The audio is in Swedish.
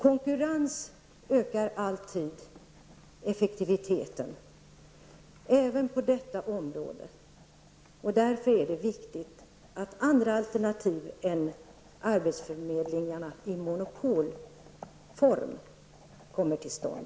Konkurrens ökar alltid effektiviteten, även på detta område, och därför är det viktigt att andra alternativ än arbetsförmedlingar i monnopolform kommer till stånd.